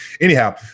anyhow